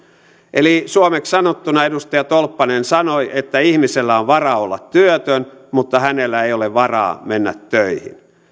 eli suomeksi sanottuna edustaja tolppanen sanoi että ihmisellä on varaa olla työtön mutta hänellä ei ole varaa mennä töihin